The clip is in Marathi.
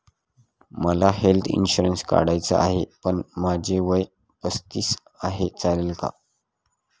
मला हेल्थ इन्शुरन्स काढायचा आहे पण माझे वय पस्तीस आहे, चालेल का?